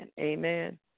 amen